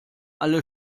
alle